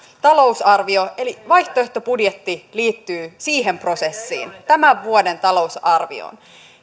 talousarvio eli vaihtoehtobudjetti liittyy siihen prosessiin tämän vuoden talousarvioon